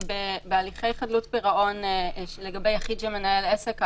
בהליכי חדלות פירעון לגבי יחיד שמנהל עסק,